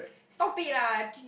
stop it lah Jun~